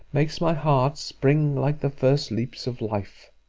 makes my heart spring like the first leaps of life!